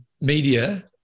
Media